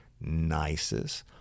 nicest